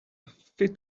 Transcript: fit